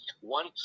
One